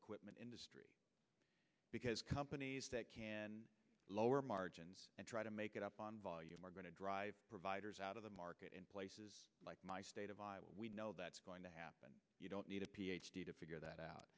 equipment industry because companies that can lower margins and try to make it up on volume are going to drive providers out of the market in places like my state of iowa we know that's going to happen you don't need a ph d to figure that out